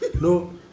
No